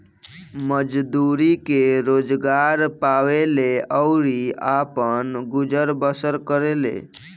मजदूरी के रोजगार पावेले अउरी आपन गुजर बसर करेले